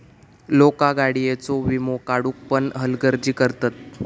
लोका गाडीयेचो वीमो काढुक पण हलगर्जी करतत